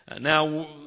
Now